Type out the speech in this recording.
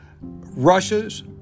Russia's